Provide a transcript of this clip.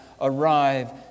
arrive